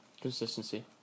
Consistency